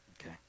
Okay